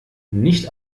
nicht